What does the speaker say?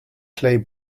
clay